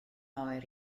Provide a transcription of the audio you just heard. oer